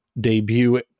debut